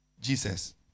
Jesus